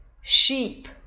Sheep